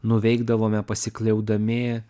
nuveikdavome pasikliaudami